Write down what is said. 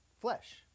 flesh